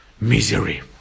misery